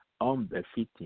unbefitting